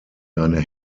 deine